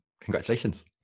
Congratulations